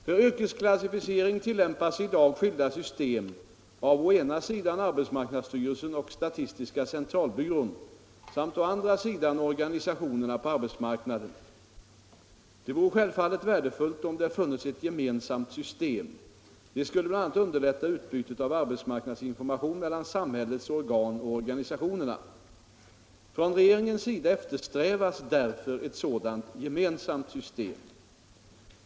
För yrkesklassificering tillämpas i dag skilda system av å ena sidan arbetsmarknadsstyrelsen och statistiska centralbyrån samt å andra sidan organisationerna på arbetsmarknaden. Det vore självfallet värdefullt om det funnes ett gemensamt system. Det skulle bl.a. underlätta utbytet av arbetsmarknadsinformation mellan samhällets organ och organisationerna. Från regeringens sida eftersträvas därför ett sådant gemensamt system.